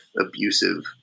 abusive